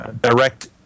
direct